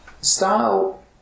style